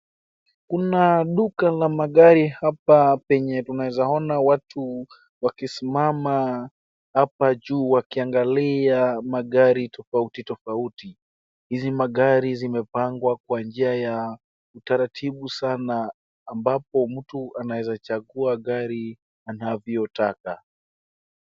Kuna duka la magari hapa penye tunaeza ona watu wakisimama hapa juu wakiangalia magari tofauti tofauti. Hizi magari zimepangwa kwa njia ya utaratibu sana ambapo mtu anaeza chagua gari anavyotaka.